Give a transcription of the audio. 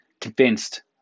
convinced